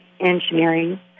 engineering